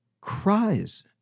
cries